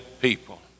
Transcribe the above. people